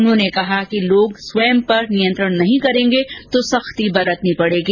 उन्होंने कहा कि लोग स्वयं पर नियंत्रण नहीं करेंगे तो सख्ती बरतनी पड़ेगी